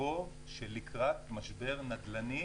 בפתחו של משבר נדל"ני.